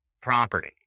property